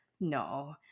no